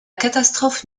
catastrophe